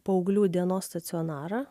paauglių dienos stacionarą